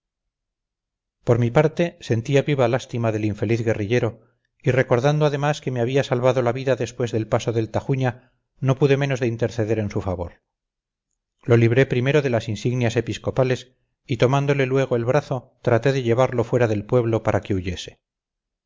por mi parte sentía viva lástima del infeliz guerrillero y recordando además que me había salvado la vida después del paso del tajuña no pude menos de interceder en su favor lo libré primero de las insignias episcopales y tomándole luego el brazo traté de llevarlo fuera del pueblo para que huyese